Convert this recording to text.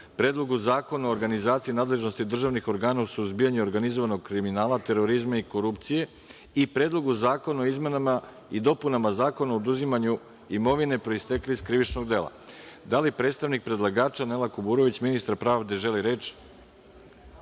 Predlogu zakona o organizaciji nadležnosti državnih organa u suzbijanju organizovanog kriminala, terorizma i korupcije i Predlogu zakona o izmenama i dopunama Zakona o oduzimanju imovine proistekle iz krivičnog dela. Da li predstavnik predlagača, Nela Kuburović ministar pravde, želi